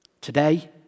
Today